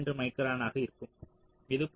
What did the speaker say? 32 மைக்ரானாக இருக்கும் இது 0